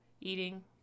Eating